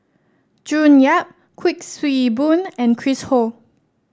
June Yap Kuik Swee Boon and Chris Ho